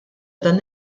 dan